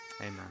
amen